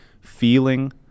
Feeling